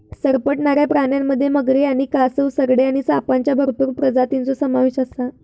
सरपटणाऱ्या प्राण्यांमध्ये मगरी आणि कासव, सरडे आणि सापांच्या भरपूर प्रजातींचो समावेश आसा